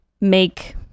make